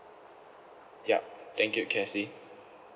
yup thank you kacey